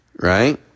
right